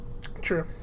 True